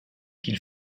qu’il